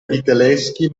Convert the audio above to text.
vitelleschi